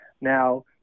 Now